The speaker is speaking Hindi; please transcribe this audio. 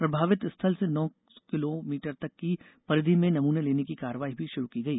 प्रभावित स्थल से नौ किलो मीटर तक की परिधी में नमूने लेने की कार्रवाई भी शुरू की गई